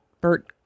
Bert